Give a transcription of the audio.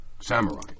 Samurai